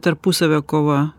tarpusavio kova